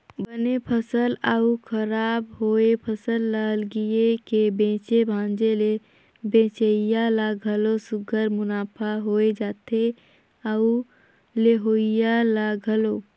बने फसल अउ खराब होए फसल ल अलगिया के बेचे भांजे ले बेंचइया ल घलो सुग्घर मुनाफा होए जाथे अउ लेहोइया ल घलो